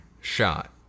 shot